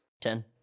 Ten